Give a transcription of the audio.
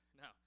no